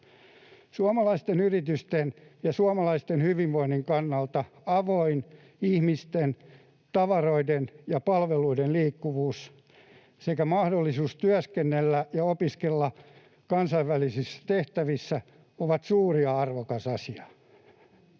Suomalaisten yritysten ja suomalaisten hyvinvoinnin kannalta avoin ihmisten, tavaroiden ja palveluiden liikkuvuus sekä mahdollisuus työskennellä ja opiskella kansainvälisissä tehtävissä ovat suuri ja arvokas asia.